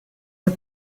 are